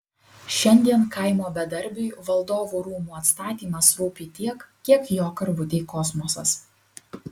šiandien kaimo bedarbiui valdovų rūmų atstatymas rūpi tiek kiek jo karvutei kosmosas